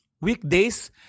Weekdays